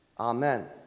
Amen